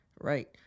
right